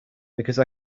because